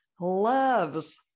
loves